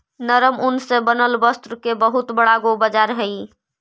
नरम ऊन से बनल वस्त्र के बहुत बड़ा गो बाजार हई